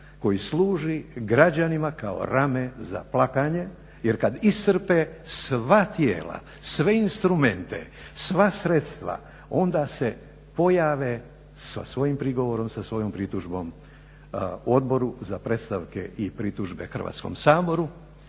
koji služi građanima kao rame za plakanje jer kad iscrpe sva tijela, sve instrumente, sva sredstva onda se pojave sa svojim prigovorom, sa svojom pritužbom Odboru za predstavke i pritužbe Hrvatskom saboru